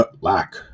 lack